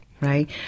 right